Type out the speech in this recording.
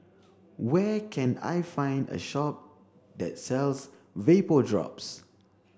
where can I find a shop that sells Vapodrops